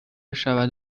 شود